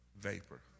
vapor